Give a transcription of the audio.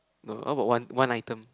no how about one one item